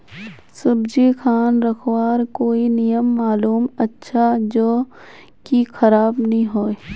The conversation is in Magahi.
सब्जी खान रखवार कोई नियम मालूम अच्छा ज की खराब नि होय?